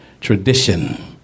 tradition